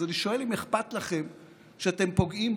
אז אני שואל אם אכפת לכם שאתם פוגעים,